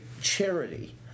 charity